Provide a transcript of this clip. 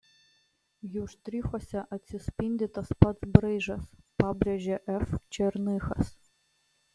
jų štrichuose atsispindi tas pats braižas pabrėžė f černychas